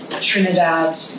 Trinidad